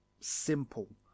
simple